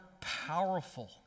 powerful